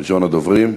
ראשון הדוברים.